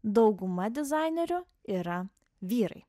dauguma dizainerių yra vyrai